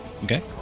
Okay